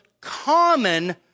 common